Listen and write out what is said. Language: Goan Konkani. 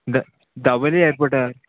दा दाबोली एरपोटार